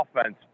offense